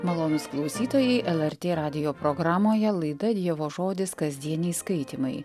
malonūs klausytojai el er tė radijo programoje laida dievo žodis kasdieniai skaitymai